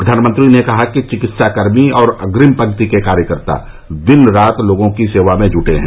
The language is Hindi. प्रधानमंत्री ने कहा कि चिकित्सा कर्मी और अग्निम पंक्ति के कार्यकर्ता रात दिन लोगों की सेवा में जुटे हैं